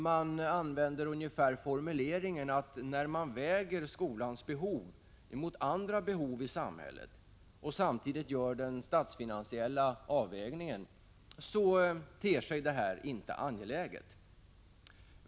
Man använder ungefär den formuleringen, att när man väger skolans behov mot andra behov i samhället och samtidigt gör den statsfinansiella avvägningen, ter sig det här inte angeläget.